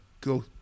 go